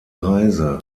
reise